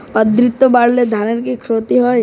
আদ্রর্তা বাড়লে ধানের কি ক্ষতি হয়?